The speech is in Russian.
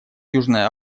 южная